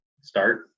start